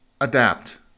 adapt